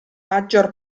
maggior